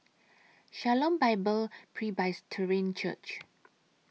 Shalom Bible Presbyterian Church